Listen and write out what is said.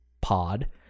pod